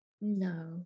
No